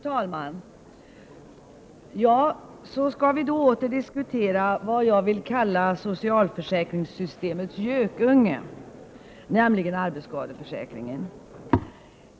Fru talman! Ja, så skall vi åter diskutera vad jag vill kalla socialförsäkringssystemets ”gökunge”, nämligen arbetsskadeförsäkringen.